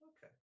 Okay